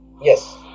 Yes